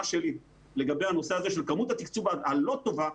שלי לגבי הנושא הזה של כמות התקצוב הלא טובה,